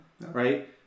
right